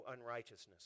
unrighteousness